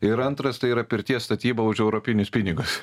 ir antras tai yra pirties statyba už europinius pinigus